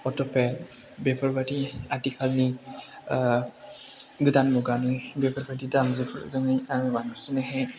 AutoCAD बेफोरबादि आथिखालनि गोदान मुगानि बेफोरबायदि दामजुखौ आं बांसिनै